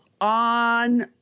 on